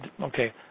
Okay